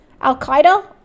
Al-Qaeda